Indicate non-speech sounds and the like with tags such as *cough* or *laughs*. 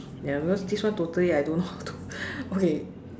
ya because this one I totally don't know how to *laughs* okay